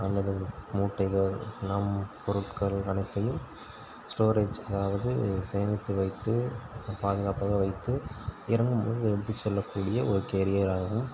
நமது மூட்டைகள் நம் பொருட்கள் அனைத்தையும் ஸ்டோரேஜ் அதாவது சேமித்து வைத்து பாதுகாப்பாக வைத்து இறங்கும் போது எடுத்து செல்லக்கூடிய ஒரு கேரியர் ஆகும்